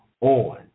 on